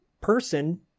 person